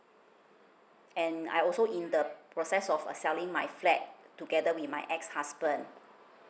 and I also in the process of uh selling my flat together with my ex husband